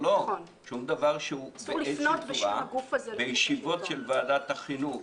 שום דבר שהוא באיזושהי צורה --- בישיבות של ועדת החינוך